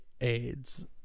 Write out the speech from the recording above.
AIDS